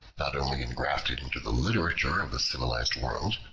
not only engrafted into the literature of the civilized world,